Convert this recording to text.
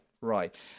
Right